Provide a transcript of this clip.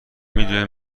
میدونی